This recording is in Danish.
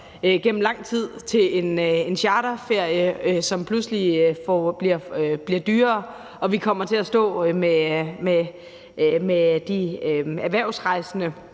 gennem lang tid til en charterferie, som pludselig bliver dyrere, og vi kommer til at stå med de erhvervsrejsende,